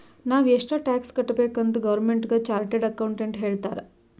ನಾವ್ ಎಷ್ಟ ಟ್ಯಾಕ್ಸ್ ಕಟ್ಬೇಕ್ ಅಂತ್ ಗೌರ್ಮೆಂಟ್ಗ ಚಾರ್ಟೆಡ್ ಅಕೌಂಟೆಂಟ್ ಹೇಳ್ತಾರ್